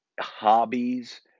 hobbies